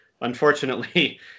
Unfortunately